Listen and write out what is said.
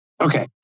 Okay